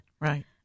Right